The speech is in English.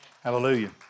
Hallelujah